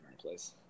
place